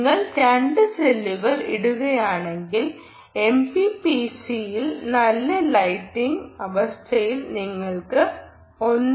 നിങ്ങൾ 2 സെല്ലുകൾ ഇടുകയാണെങ്കിൽ എംപിപിസിയിൽ നല്ല ലൈറ്റിംഗ് അവസ്ഥയിൽ നിങ്ങൾക്ക് 1